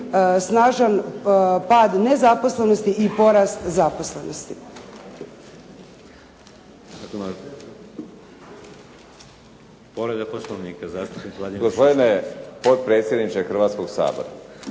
snažan pad nezaposlenosti i porast zaposlenosti.